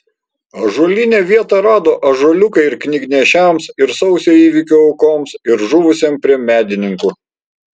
ąžuolyne vietą rado ąžuoliukai ir knygnešiams ir sausio įvykių aukoms ir žuvusiems prie medininkų